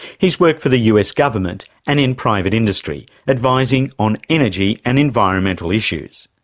he's worked for the us government and in private industry, advising on energy and environmental issues.